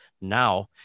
now